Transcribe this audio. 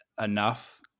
enough